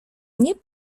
nie